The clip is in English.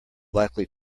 likely